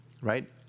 right